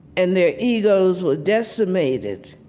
and their egos were decimated